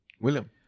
William